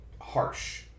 harsh